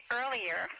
earlier